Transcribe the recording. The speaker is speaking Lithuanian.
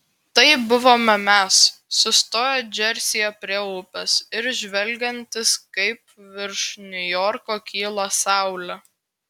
tai buvome mes sustoję džersyje prie upės ir žvelgiantys kaip virš niujorko kyla saulė